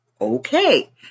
Okay